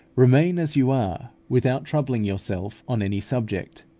remain as you are without troubling yourself on any subject,